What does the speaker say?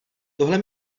tohle